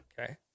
Okay